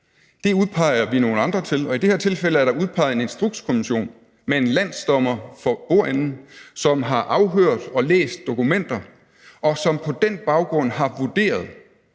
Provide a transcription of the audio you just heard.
Det udpeger vi nogle andre til, og i det her tilfælde er der udpeget en instrukskommission med en landsdommer for bordenden, som har foretaget afhøringer og har læst dokumenter, og som på den baggrund har vurderet